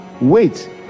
Wait